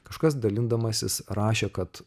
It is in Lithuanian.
kažkas dalindamasis rašė kad